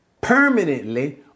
permanently